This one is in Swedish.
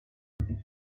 det